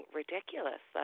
ridiculous